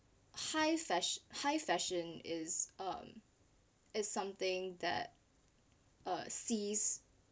high fash~ high fashion is um it's something that uh sees